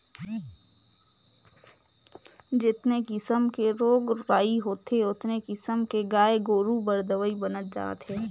जेतने किसम के रोग राई होथे ओतने किसम के गाय गोरु बर दवई बनत जात हे